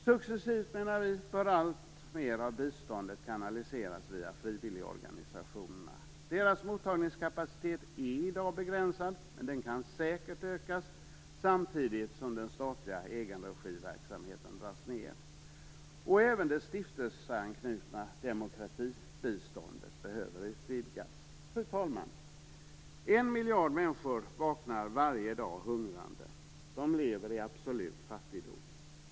Successivt bör alltmer av biståndet kanaliseras via frivilligorganisationerna. Deras mottagningskapacitet är i dag begränsad, men den kan säkert ökas samtidigt som den statliga egenregiverksamheten dras ned. Även det stiftelseanknutna demokratibiståndet behöver utvidgas. Fru talman! En miljard människor vaknar varje dag hungrande. De lever i absolut fattigdom.